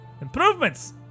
improvements